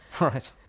right